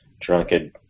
drunken